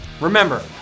Remember